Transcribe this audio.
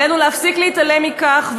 עלינו להפסיק להתעלם מכך,